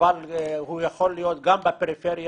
אבל הוא יכול להיות גם בפריפריה.